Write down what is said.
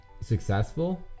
successful